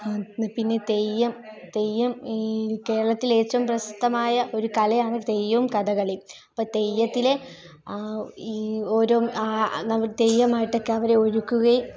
പിന്നെ തെയ്യം തെയ്യം ഈ കേരളത്തിലെ ഏറ്റവും പ്രശസ്തമായ ഒരു കലയാണ് തെയ്യവും കഥകളിയും അപ്പോൾ തെയ്യത്തിലെ ഈ ഒരു ആ നമ്മളെ തെയ്യമായിട്ടൊക്കെ അവരെ ഒരുക്കുകയും